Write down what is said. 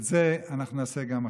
את זה אנחנו נעשה גם עכשיו.